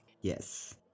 Yes